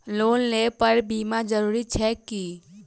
Loan लेबऽ पर बीमा जरूरी छैक की?